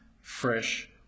fresh